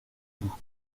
bout